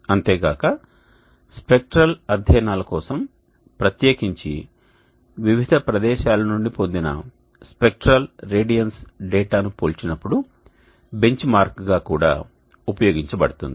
అంతే గాక స్పెక్ట్రల్ అధ్యయనాల కోసం ప్రత్యేకించి వివిధ ప్రదేశాల నుండి పొందిన స్పెక్ట్రల్ రేడియన్స్ డేటాను పోల్చినప్పుడు బెంచ్మార్క్గా కూడా ఉపయోగించబడుతుంది